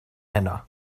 heno